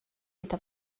gyda